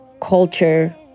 culture